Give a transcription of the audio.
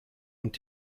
und